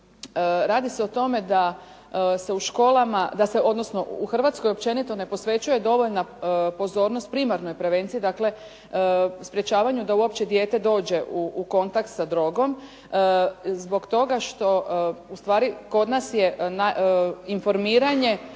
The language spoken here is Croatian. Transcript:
Radi se o tome da se u Hrvatskoj općenito ne posvećuje dovoljna pozornost primarnoj prevenciji, dakle sprečavanju da uopće dijete dođe u kontakt sa drogom zbog toga što ustvari kod nas je informiranje